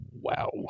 wow